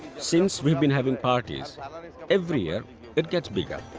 since we've been having parties every year it gets bigger.